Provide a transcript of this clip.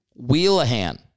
Wheelahan